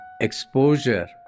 exposure